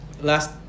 Last